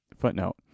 Footnote